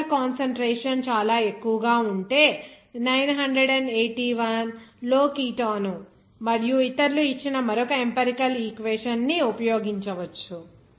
particle concentration చాలా ఎక్కువగా ఉంటే 1981 లో కిటానో మరియు ఇతరులు ఇచ్చిన మరొక ఎంపెరికల్ ఈక్వేషన్ ని ఉపయోగించవచ్చు